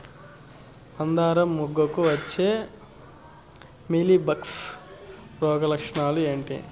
మందారం మొగ్గకు వచ్చే మీలీ బగ్స్ రోగం లక్షణాలు ఏంటి?